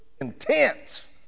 intense